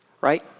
right